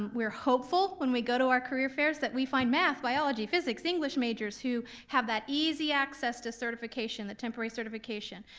we're hopeful, when we go to our career fairs, that we find math, biology, physics, english majors who have that easy access to certification, that temporary certification,